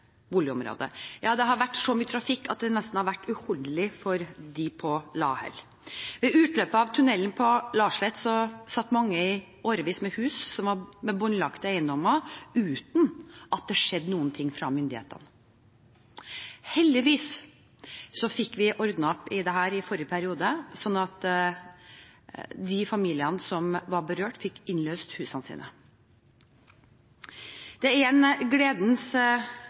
Ja, det har vært så mye trafikk at det nesten har vært uutholdelig for dem på Lahell. Ved utløpet av tunnelen på Laslett satt mange i årevis med hus på båndlagte eiendommer, uten at det skjedde noe fra myndighetens side. Heldigvis fikk vi ordnet opp i dette i forrige periode, slik at de familiene som var berørt, fikk innløst husene sine. Det er en gledens